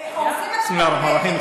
הורסים את, בסם אללה א-רחמאן א-רחים.